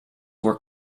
were